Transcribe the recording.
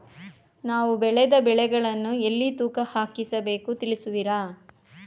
ನಾವು ಬೆಳೆದ ಬೆಳೆಗಳನ್ನು ಎಲ್ಲಿ ತೂಕ ಹಾಕಿಸಬೇಕು ತಿಳಿಸುವಿರಾ?